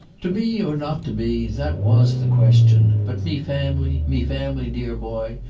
to be or not to be, that was the question, but me family, me family, dear boy,